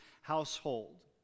household